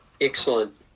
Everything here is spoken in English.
Excellent